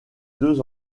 deux